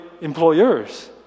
employers